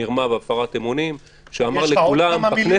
מרמה והפרת אמונים שאמר לכולם -- יש לך עוד כמה מילים